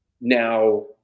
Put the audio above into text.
Now